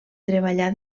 treballà